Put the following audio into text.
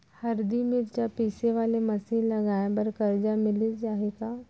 हरदी, मिरचा पीसे वाले मशीन लगाए बर करजा मिलिस जाही का?